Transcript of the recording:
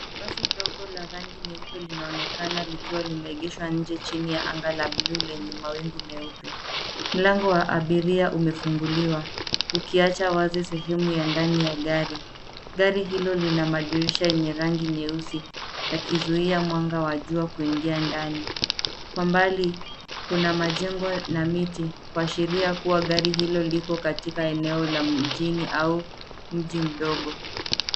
Basi dogo la rangi nyeupe linaonekana likiwa limeegeshwa nje chini ya anga la bluu lenye mawingu meupe. Mlango wa abiria umefunguliwa, ukiacha wazi sehemu ya ndani ya gari. Gari hilo lina madirisha yenye rangi nyeusi, yakizuia mwanga wa jua kuingia ndani. Kwa mbali, kuna majengo na miti, kuashiria kuwa gari hilo liko katika eneo la mjini, au mji mdogo.